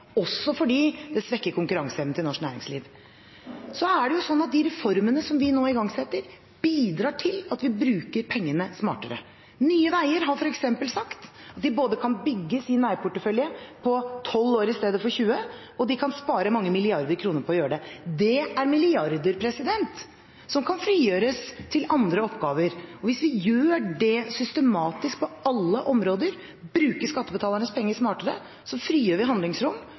også fordi det svekker konkurranseevnen til norsk næringsliv. De reformene som vi nå igangsetter, bidrar til at vi bruker pengene smartere. Nye Veier har f.eks. sagt at de kan både bygge sin veiportefølje på 12 år i stedet for på 20 og spare mange milliarder kroner på å gjøre det. Det er milliarder som kan frigjøres til andre oppgaver. Hvis vi systematisk på alle områder bruker skattebetalernes penger smartere, frigjør vi handlingsrom